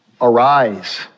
Arise